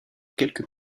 quelques